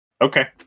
Okay